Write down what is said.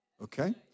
Okay